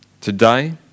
Today